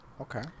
Okay